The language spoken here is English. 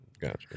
Gotcha